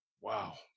wow